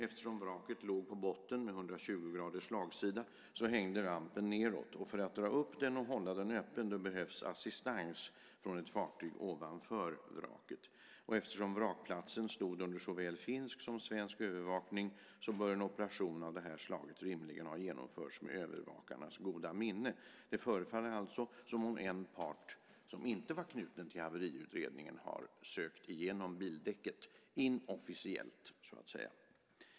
Eftersom vraket låg på botten med 120 graders slagsida hängde rampen nedåt, och för att dra upp den och hålla den öppen behövs assistans från ett fartyg ovanför vraket. Eftersom vrakplatsen stod under såväl finsk som svensk övervakning bör en operation av det här slaget rimligen ha genomförts med övervakarnas goda minne. Det förefaller alltså som om en part som inte var knuten till haveriutredningen har sökt igenom bildäcket inofficiellt, så att säga.